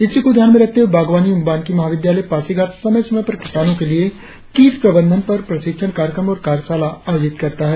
इसी को ध्यान में रखते हुए बागवानी एवं वानिकी महाविद्यालय पासीघाट समय समय पर किसानों के लिए कीट प्रबंधन पर प्रशिक्षण कार्यक्रम और कार्यशाला आयोजित करता है